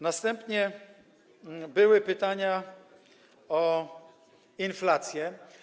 Następnie były pytania o inflację.